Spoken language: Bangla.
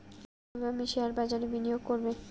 কিভাবে আমি শেয়ারবাজারে বিনিয়োগ করবে?